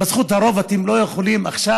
בזכות הרוב אתם לא יכולים עכשיו,